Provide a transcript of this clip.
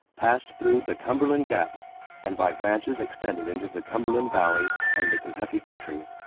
passed through the cumberland gap and by branches extended into the cumberland valley and the kentucky country.